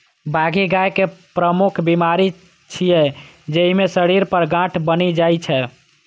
बाघी गाय के प्रमुख बीमारी छियै, जइमे शरीर पर गांठ बनि जाइ छै